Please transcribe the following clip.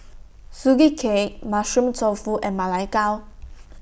Sugee Cake Mushroom Tofu and Ma Lai Gao